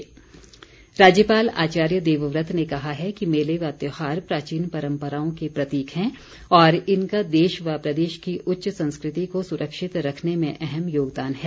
लवी मेला राज्यपाल आचार्य देवव्रत ने कहा है कि मेले व त्योहार प्राचीन परम्पराओं के प्रतीक हैं तथा इनका देश व प्रदेश की उच्च संस्कृति को सुरक्षित रखने में अहम योगदान है